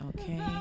Okay